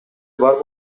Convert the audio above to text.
бар